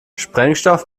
sprengstoff